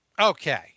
okay